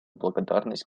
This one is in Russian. благодарность